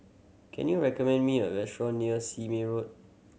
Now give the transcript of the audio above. can you recommend me a restaurant near Sime Road